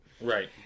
Right